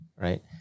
right